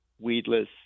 weedless